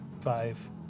Five